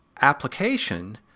application